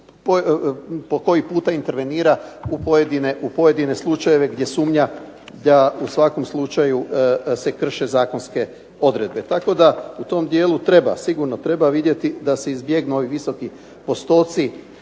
po koji puta intervenira u pojedine slučajeve gdje sumnja da u svakom slučaju se krše zakonske odredbe. Tako da u tom dijelu treba, sigurno treba vidjeti da se izbjegnu ovi visoki postotci